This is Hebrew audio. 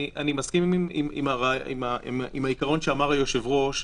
אני מסכים עם העיקרון שאמר היושב-ראש,